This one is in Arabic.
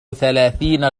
ثلاثين